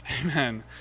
Amen